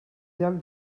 lloc